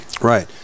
Right